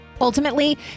Ultimately